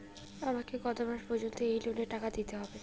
আমাকে কত মাস পর্যন্ত এই লোনের টাকা দিতে হবে?